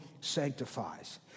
sanctifies